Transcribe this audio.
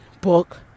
book